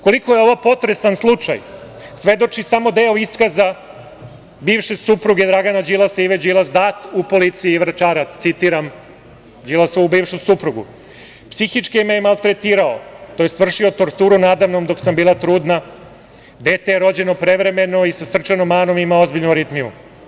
Koliko je ovo potresan slučaj, svedoči samo deo iskaza bivše supruge Dragana Đilasa, Ive Đilas, dat u policiji Vračara, citiram Đilasovu bivšu suprugu: „ Psihički me je maltretirao, to jest vršio torturu nada mnom dok sam bila trudna, dete je rođeno prevremeno i sa srčanom manom, imao ozbiljnu aritmiju.